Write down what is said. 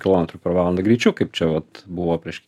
kilometrų per valandą greičiu kaip čia vat buvo prieš